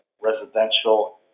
residential